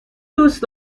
دوست